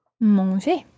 Manger